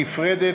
נפרדת,